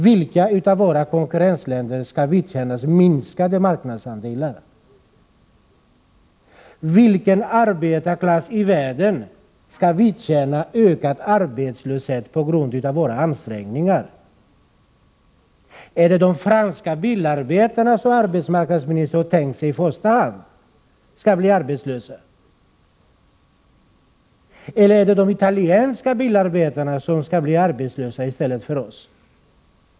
Vilket av våra konkurrentländer skall vidkännas minskade marknadsandelar? Vilken arbetarklass i världen skall vidkännas ökad arbetslöshet på grund av våra ansträngningar? Är det de franska bilarbetarna som arbetsmarknadsministern i första hand har tänkt sig skall bli arbetslösa? Eller är det de italienska bilarbetarna som skall bli arbetslösa i stället för oss?